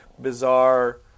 bizarre